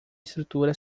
estrutura